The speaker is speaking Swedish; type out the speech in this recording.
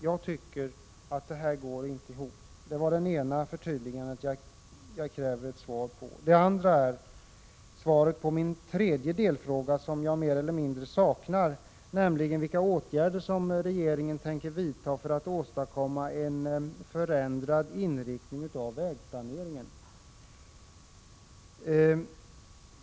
Jag tycker att detta inte går ihop. Här kräver jag ett förtydligande av interpellationssvaret. Det andra förtydligandet gäller min tredje delfråga, som jag mer eller mindre saknar svar på. Frågan gällde vilka åtgärder regeringen tänker vidta för att åstadkomma en förändrad inriktning av vägplaneringen.